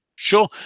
Sure